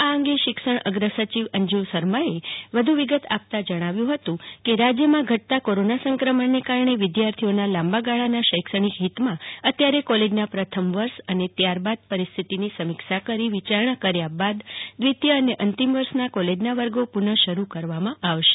આ અંગે શિક્ષણ અગર સચિવ અંજુ શર્માએ આ નિર્ણય વિષે વધુ વિગતો આપતા જણાવ્યું છે કે રાજ્યમાં ઘટતા કોરોના સંક્રમણને કારણે વિદ્યાર્થીઓના લાંબાગાળાના શૈક્ષણિક હિતમાં અત્યારે કોલેજના પ્રથમ વર્ષ અને ત્યારબાદ પરિસ્થિતિની સમીક્ષા કરી વિચારણા બાદ દ્વિતીય અને અંતિમ વર્ષના કોલેજના વર્ગો પુનઃ શરુ કરવામાં આવશે